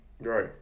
Right